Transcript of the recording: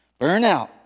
Burnout